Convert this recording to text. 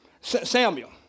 Samuel